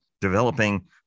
Developing